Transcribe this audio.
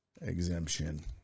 exemption